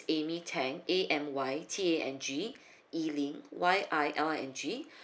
amy tang A M Y T A N G yiling Y I L I N G